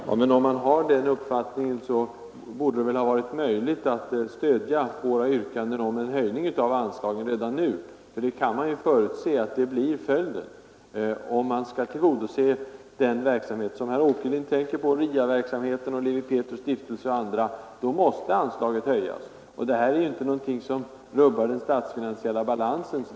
Herr talman! Om man har den uppfattningen, så borde det väl ha varit möjligt att stödja våra yrkanden om en höjning av anslagen redan nu. Man kan ju förutse att om man skall tillgodose den verksamhet som herr Åkerlind tänker på — RIA-verksamheten, Lewi Pethrus” stiftelse och andra — så måste anslaget höjas. Detta är ju inte någonting som rubbar den statsfinansiella balansen.